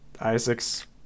Isaac's